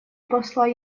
посла